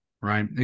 right